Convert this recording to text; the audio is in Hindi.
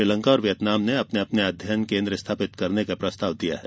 श्रीलंका और वियतनाम ने अपने अपने अध्ययन केन्द्र स्थापित करने का प्रस्ताव दिया है